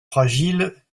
fragiles